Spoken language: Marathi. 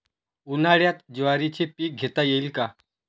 उन्हाळ्यात ज्वारीचे पीक घेता येईल का?